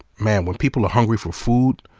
man, when people are hungry for food,